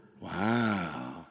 Wow